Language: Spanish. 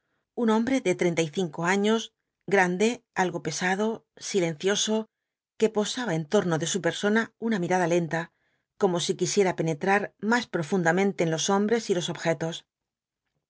un hombre de treinta y cinco años grande algo pesado silencioso que posaba en torno de su persona una mirada lenta como si quisiera penetrar más profundamente en los hombres y los objetos